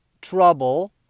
trouble